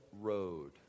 Road